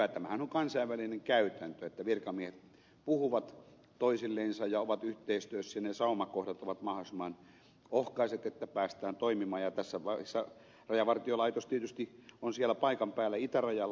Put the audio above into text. tämähän on kansainvälinen käytäntö että virkamiehet puhuvat toisillensa ja ovat yhteistyössä ja ne saumakohdat ovat mahdollisimman ohkaiset että päästään toimimaan ja tässä vaiheessa rajavartiolaitos tietysti on siellä paikan päällä itärajalla